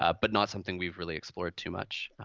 ah but not something we've really explored too much.